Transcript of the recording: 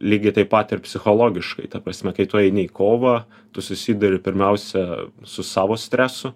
lygiai taip pat ir psichologiškai ta prasme kai tu eini į kovą tu susiduri pirmiausia su savo stresu